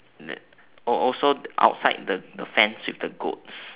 is it oh also outside the the fence with the goats